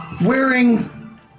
wearing